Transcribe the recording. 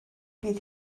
bydd